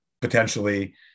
potentially